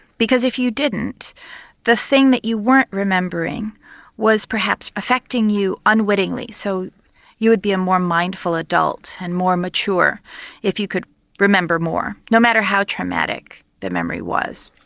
because if you didn't the thing that you weren't remembering was perhaps affecting you unwittingly so you would be a more mindful adult and more mature if you could remember more no matter how traumatic the memory was.